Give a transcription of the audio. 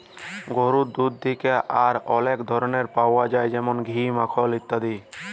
গরুর দুহুদ থ্যাকে আর অলেক ধরলের পাউয়া যায় যেমল ঘি, মাখল ইত্যাদি